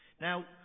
Now